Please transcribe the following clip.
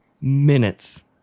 minutes